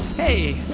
hey